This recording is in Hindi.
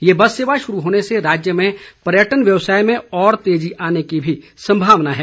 ये बस सेवा शुरू होने से राज्य में पर्यटन व्यवसाय में और तेजी आने की सम्भावना है